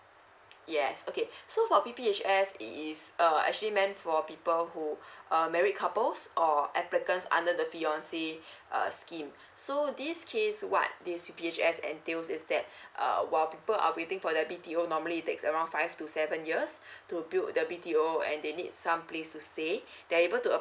yes okay so for p p h s it is uh actually meant for people who uh married couples or applicants under the fiancé scheme so this case what this p p h s entails is that uh while people are waiting for the b t o normally it takes around five to seven years to build the b t o and they need some place to stay they are able to uh